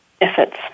efforts